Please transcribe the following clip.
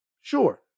sure